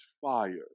fire